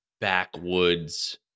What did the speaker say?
backwoods